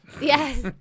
Yes